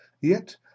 Yet